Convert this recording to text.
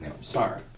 Sorry